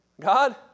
God